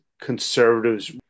Conservatives